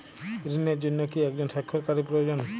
ঋণের জন্য কি একজন স্বাক্ষরকারী প্রয়োজন?